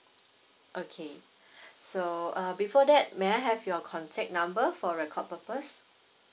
okay so uh before that may I have your contact number for record purpose